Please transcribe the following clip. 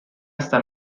hasta